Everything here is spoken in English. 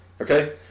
Okay